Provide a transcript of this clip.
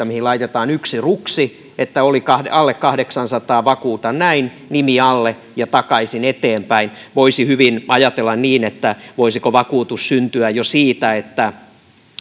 mihin laitetaan yksi ruksi siihen että oli alle kahdeksansataa vakuutan näin nimi alle ja takaisin eteenpäin voisi hyvin ajatella niin että voisiko vakuutus syntyä jo siitä että